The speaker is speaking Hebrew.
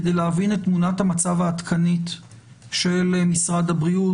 כדי להבין את תמונת המצב העדכנית של משרד הבריאות,